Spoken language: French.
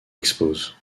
expose